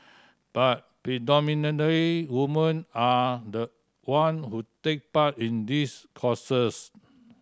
but predominantly women are the one who take part in these courses